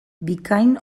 bikain